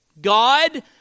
God